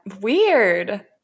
weird